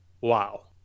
wow